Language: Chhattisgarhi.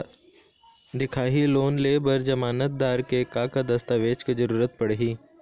दिखाही लोन ले बर जमानतदार के का का दस्तावेज के जरूरत पड़ही?